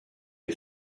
est